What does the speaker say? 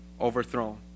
overthrown